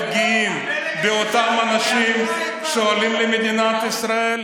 גאים באותם אנשים שעולים למדינת ישראל,